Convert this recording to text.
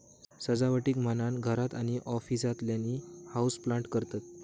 सजावटीक म्हणान घरात आणि ऑफिसातल्यानी हाऊसप्लांट करतत